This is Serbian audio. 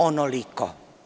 Onoliko.